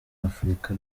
afurika